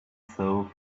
soul